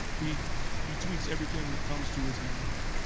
he he tweets everything that comes to his mind.